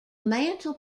mantle